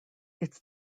its